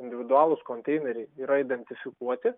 individualūs konteineriai yra identifikuoti